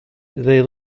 they